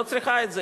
לא צריכה את זה.